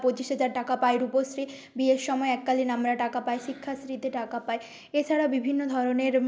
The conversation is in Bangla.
পঁচিশ হাজার টাকা পাই রূপশ্রী বিয়ের সময় এককালীন আমরা টাকা পাই শিক্ষাশ্রীতে টাকা পাই এছাড়া বিভিন্ন ধরনের